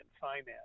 finance